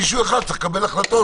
מישהו אחד צריך לקבל החלטות